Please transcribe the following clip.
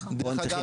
פה הם צריכים.